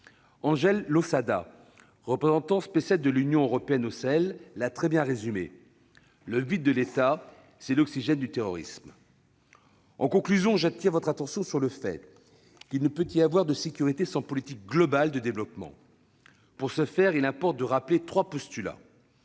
Angel Losada, représentant spécial de l'Union européenne au Sahel, l'a très bien résumé :« Le vide de l'État, c'est l'oxygène du terrorisme. » Mes chers collègues, j'appelle votre attention sur le fait qu'il ne peut y avoir de sécurité sans politique globale de développement. Pour ce faire, il importe de rappeler plusieurs postulats